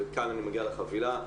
וכאן אני מגיע לחבילה,